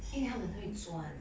因为他们很会钻